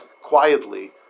quietly